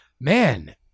Man